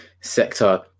sector